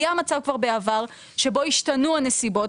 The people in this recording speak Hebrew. היה מצב כבר בעבר שבו השתנו הנסיבות,